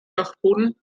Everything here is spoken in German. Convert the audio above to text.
dachboden